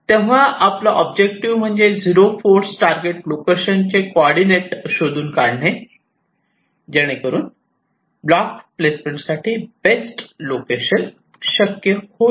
तेव्हा आपला ऑब्जेक्टिव्ह म्हणजे झिरो फोर्स टारगेट लोकेशन चे कॉर्डीनेट शोधून काढणे जेणेकरून ब्लॉक प्लेसमेंट साठी बेस्ट लोकेशन शक्य होईल